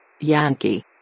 Yankee